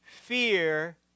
fear